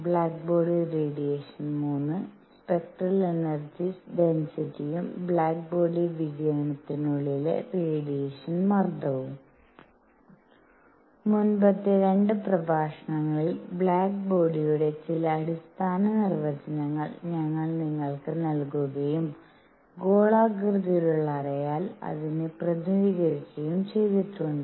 black body radiation III spectral energy ഡെൻസിറ്റിയും black body വികിരണത്തിനുള്ളിലെ radiation മർദ്ദവും മുമ്പത്തെ രണ്ട് പ്രഭാഷണങ്ങളിൽ ബ്ലാക്ക് ബോഡിയുടെ ചില അടിസ്ഥാന നിർവചനങ്ങൾ ഞങ്ങൾ നിങ്ങൾക്ക് നൽകുകയും ഗോളാകൃതിയിലുള്ള അറയാൽ അതിനെ പ്രതിനിധീകരിക്കുകയും ചെയ്തിട്ടുണ്ട്